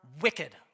wicked